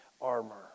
armor